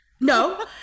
No